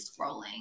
scrolling